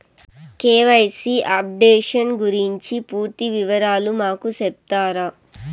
KYC updation గురించి పూర్తి వివరాలు మాకు సెప్తారా?